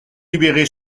libéré